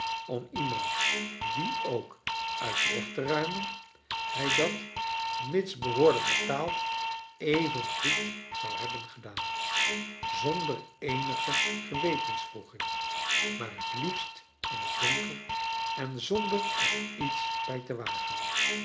om iemand wien ook uit den weg te ruimen hij dat mits behoorlijk betaald even goed zou hebben gedaan zonder eenige gewetenswroegihg maar t liefst in donker en zonder er iets bij te wagen